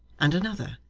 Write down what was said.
and another.